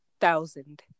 thousand